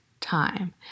time